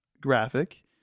graphic